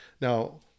Now